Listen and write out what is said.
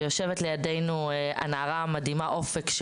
יושבת לידי הנערה המדהימה אופק,